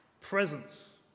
presence